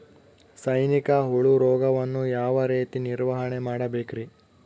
ಸೈನಿಕ ಹುಳು ರೋಗವನ್ನು ಯಾವ ರೇತಿ ನಿರ್ವಹಣೆ ಮಾಡಬೇಕ್ರಿ?